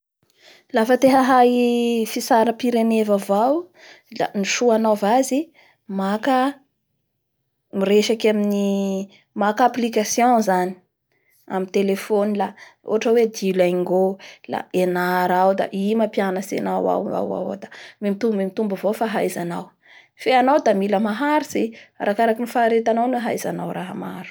Lafa te hahay fitsapirene vaovao la ny soa anaova azy, maka mireaky amin'ny, maka application zany amin'ny telefony la ohatra hoe dulingo la enara ao la i mamapianatsy ao; ao ao da memitombo memitombo avao fahaizanao, fe anao da mila maharitsy arakaraky ny faharetanao noa haiznao raha maro.